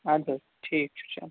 اَدٕ حظ ٹھیٖک چھُ چَلو